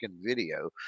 video